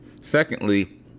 Secondly